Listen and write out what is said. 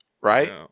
right